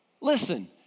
listen